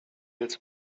jetzt